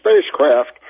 spacecraft